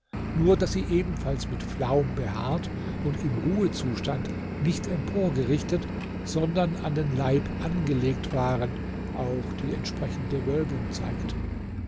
nur daß sie ebenfalls mit flaum behaart und im ruhezustand nicht emporgerichtet sondern an den leib angelegt waren auch die entsprechende wölbung zeigten